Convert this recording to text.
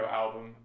album